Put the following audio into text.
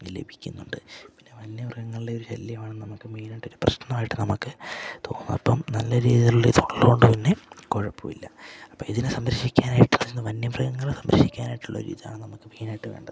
ലഭിക്കുന്നുണ്ട് പിന്നെ വന്യ മൃഗങ്ങളുടെ ഒരു ശല്യമാണ് നമ്മൾക്ക് മെയിനായിട്ട് ഒരു പ്രശ്നമായിട്ട് നമ്മൾക്ക് തോന്നും അപ്പം നല്ല രീതിയിലുള്ള ഇതിൽ ഉള്ളതുകൊണ്ട് തന്നെ കുഴപ്പം ഇല്ല അപ്പം ഇതിനെ സംരക്ഷിക്കാനായിട്ട് വരുന്ന വന്യ മൃഗങ്ങളെ സംരക്ഷിക്കാനായിട്ടുള്ള ഒരു ഇതാണ് നമുക്ക് മെയിനായിട്ട് വേണ്ടത്